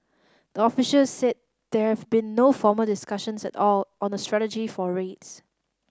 the officials said there have been no formal discussions at all on a strategy for rates